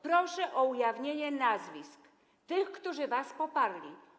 Proszę o ujawnienie nazwisk tych, którzy was poparli.